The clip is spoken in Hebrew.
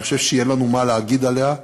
אני חושב שיהיה לנו מה להגיד עליה.